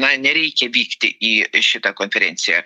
na nereikia vykti į šitą konferenciją